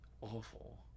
Awful